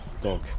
dog